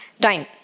time